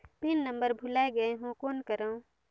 Pin number भुला गयें हो कौन करव?